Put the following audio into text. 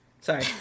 sorry